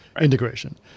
Integration